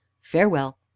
Farewell